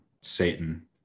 Satan